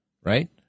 right